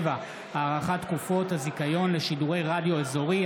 47) (הארכת תקופות הזיכיון לשידורי רדיו אזורי),